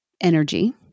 energy